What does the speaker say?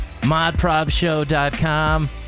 modprobshow.com